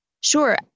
Sure